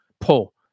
Pull